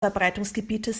verbreitungsgebietes